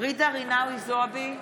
ג'ידא רינאוי זועבי,